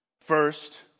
First